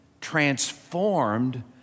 transformed